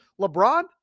LeBron